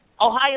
Ohio